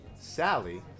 Sally